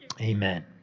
amen